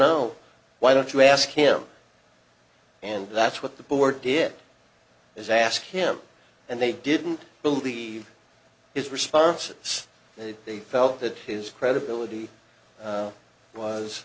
know why don't you ask him and that's what the board did is ask him and they didn't believe his responses and they felt that his credibility